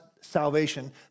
salvation